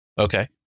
Okay